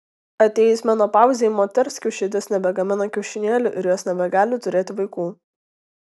atėjus menopauzei moters kiaušidės nebegamina kiaušinėlių ir jos nebegali turėti vaikų